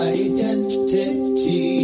identity